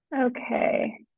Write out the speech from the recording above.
Okay